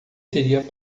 seria